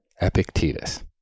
Epictetus